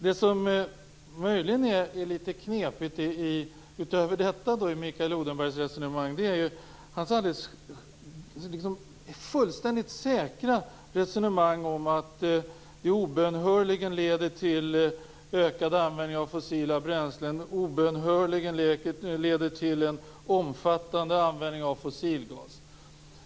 Det som utöver detta möjligen är litet knepigt i Mikael Odenbergs resonemang är hans fullständigt säkra uttalande att detta obönhörligen leder till ökad användning av fossila bränslen och till en omfattande användning av fossilgas.